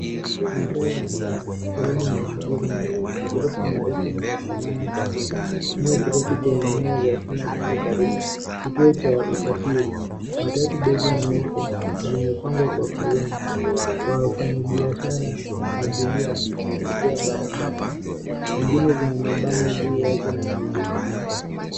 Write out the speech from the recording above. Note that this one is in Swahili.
Masaa ya mchana, sehemu una shughuli nyingi. Maghorofa marefu yameshikamana pamoja. Chumba kidogo chenye nyaya za stima kiko karibu. Kituo cha usafiri, matatu ndogo nyeupe zimepangwa kwa foleni. Wafanyibiashara na abiria wamejaa barabarani. Nyingine zina mabango juu yake na mizigo.